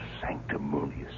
sanctimonious